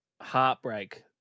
heartbreak